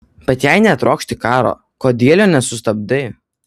bet jei netrokšti karo kodėl jo nesustabdai